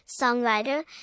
songwriter